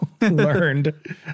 learned